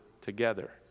together